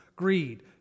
greed